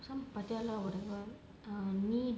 some பட்டியலை:pattiyalai whatever err knee